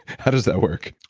how does that work?